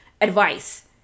advice